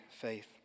faith